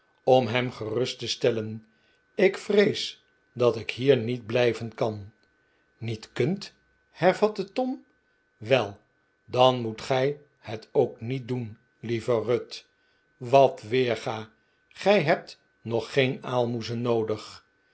om hem geraist te stellen ik vrees dat ik hier niet blijven kan r niet kunt hervatte tom wel r dan moet gij het ook niet doen lieve ruth wat weerga gij hebt nog geen aalmoezen noodig